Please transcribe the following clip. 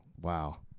Wow